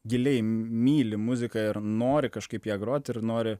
giliai myli muziką ir nori kažkaip ją grot ir nori